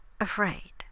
afraid